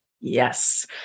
Yes